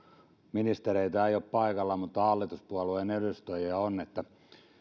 ministereitä ei ole paikalla mutta hallituspuolueiden edustajia on että